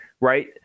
right